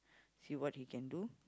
see what he can do